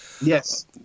Yes